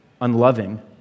unloving